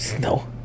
No